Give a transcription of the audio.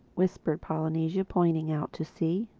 whispered polynesia pointing out to sea.